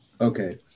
Okay